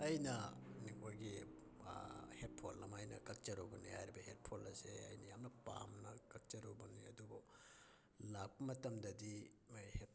ꯑꯩꯅ ꯑꯩꯈꯣꯏꯒꯤ ꯍꯦꯠꯐꯣꯟ ꯑꯃ ꯑꯩꯅ ꯀꯛꯆꯔꯨꯕꯅꯤ ꯍꯥꯏꯔꯤꯕ ꯍꯦꯠꯐꯣꯟ ꯑꯁꯦ ꯌꯥꯝꯅ ꯄꯥꯝꯅ ꯀꯛꯆꯔꯨꯕꯅꯤ ꯑꯗꯨꯕꯨ ꯂꯥꯛꯄ ꯃꯇꯝꯗꯗꯤ ꯃꯣꯏ